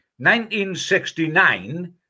1969